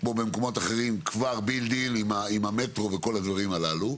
כמו במקומות אחרות כבר "בילד אין" עם המטרו וכול הדברים האלה,